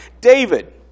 David